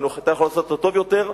היתה יכולה לעשות אותה טוב יותר,